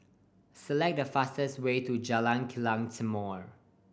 select the fastest way to Jalan Kilang Timor